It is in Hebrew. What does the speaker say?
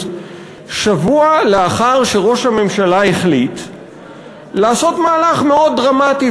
שבוע לאחר שראש הממשלה החליט לעשות מהלך מאוד דרמטי